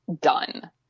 done